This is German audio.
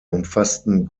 umfassten